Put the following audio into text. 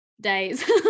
days